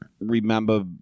remember